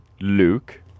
Luke